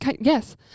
Yes